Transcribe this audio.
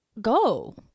go